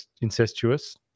incestuous